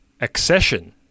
Accession